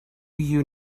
you